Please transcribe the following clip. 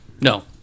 No